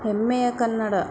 ಹೆಮ್ಮೆಯ ಕನ್ನಡ